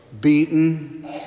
beaten